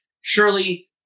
surely